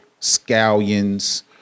scallions